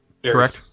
Correct